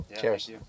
Cheers